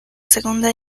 segunda